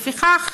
לפיכך